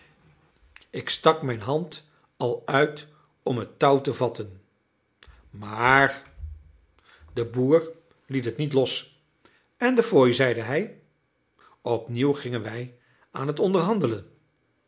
ik stak mijn hand al uit om het touw te vatten maar de boer liet het niet los en de fooi zeide hij opnieuw gingen wij aan het onderhandelen